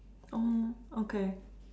oh okay